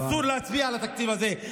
אסור להצביע על התקציב הזה.